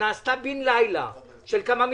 שנעשתה בין לילה של כמה מיליארדים.